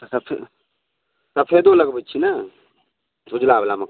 अच्छा सफेदु लगबै छियै ने ऊजला बला मकइ